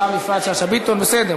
גם עמר בר-לב וגם יפעת שאשא ביטון מצטרפים